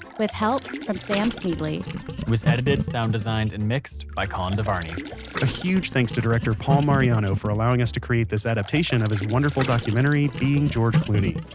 with help from sam schneble. it was edited, sound designed and mixed by colin devarney a huge thanks to director paul mariano for allowing us to create this adaptation of his wonderful documentary, being george clooney.